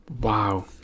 Wow